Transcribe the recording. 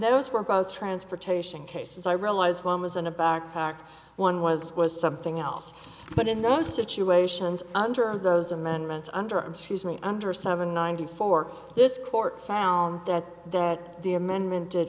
those were both transportation cases i realize one was in a backpack one was was something else but in those situations under of those amendments under under seven ninety four this court found that that the amendment